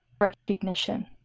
recognition